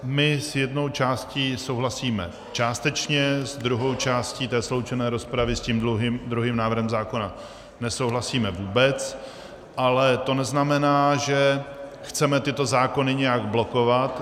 My s jednou částí souhlasíme částečně, s druhou částí té sloučené rozpravy, s tím druhým návrhem zákona, nesouhlasíme vůbec, ale to neznamená, že chceme tyto zákony nějak blokovat.